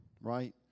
right